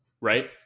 right